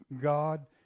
God